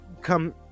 come